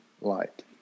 light